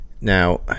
Now